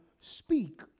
speak